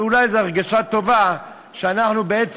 אבל אולי זו הרגשה טובה שאנחנו בעצם